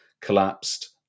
collapsed